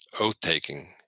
oath-taking